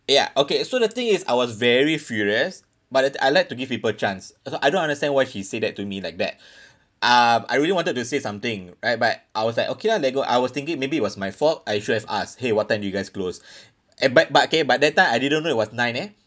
ya okay so the thing is I was very furious but then I like to give people chance also I don't understand why she say that to me like that um I really wanted to say something right but I was like okay lah let got I was thinking maybe it was my fault I should have asked !hey! what time do you guys close eh but but okay but that time I didn't know it was nine eh